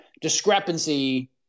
discrepancy